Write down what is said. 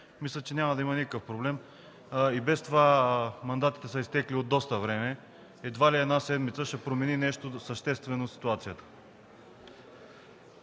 Мисля, че няма да има никакъв проблем. И без това мандатите са изтекли от доста време и едва ли една седмица ще промени с нещо съществено ситуацията.